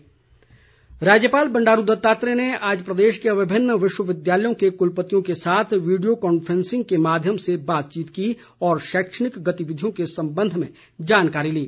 राज्यपाल राज्यपाल बंडारू दत्तात्रेय ने आज प्रदेश के विभिन्न विश्वविद्यालयों के कुलपतियों के साथ वीडियो कॉन्फ्रेंसिंग के माध्यम से बातचीत की और शैक्षणिक गतिविधियों के संबंध में जानकारी ली